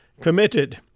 committed